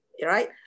Right